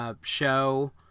show